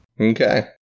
Okay